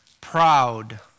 proud